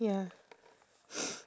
ya